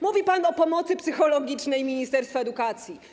Mówi pan o pomocy psychologicznej ministerstwa edukacji.